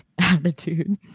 attitude